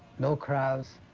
no crowds,